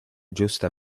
giusta